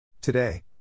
Today